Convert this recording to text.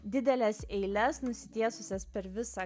dideles eiles nusitiesusias per visą